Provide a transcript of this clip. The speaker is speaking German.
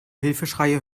hilfeschreie